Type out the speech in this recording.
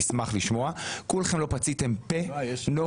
אני אשמח לשמוע לא פציתם פה נוכח